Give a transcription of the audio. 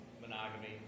monogamy